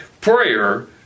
Prayer